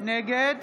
נגד